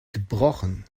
gebrochen